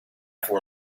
for